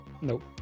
Nope